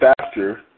faster